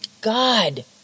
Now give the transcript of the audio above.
God